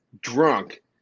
drunk